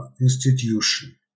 institution